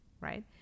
right